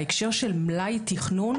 בהקשר של מלאי תכנון,